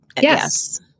Yes